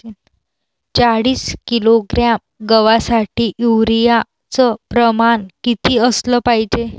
चाळीस किलोग्रॅम गवासाठी यूरिया च प्रमान किती असलं पायजे?